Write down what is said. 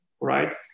right